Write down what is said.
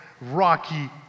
rocky